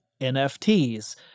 NFTs